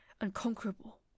unconquerable